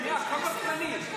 כמה תקנים?